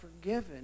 forgiven